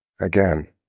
Again